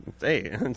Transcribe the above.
Hey